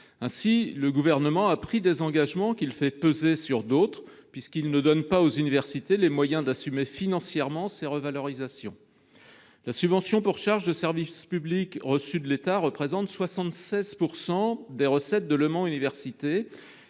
Ainsi, le Gouvernement a pris des engagements qu’il fait peser sur d’autres, puisqu’il ne donne pas aux universités les moyens d’assumer financièrement ces revalorisations. La subvention pour charge de service public (SCSP) reçue de l’État représente 76 % des recettes de l’établissement